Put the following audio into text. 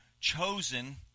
chosen